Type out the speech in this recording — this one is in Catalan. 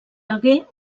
hagué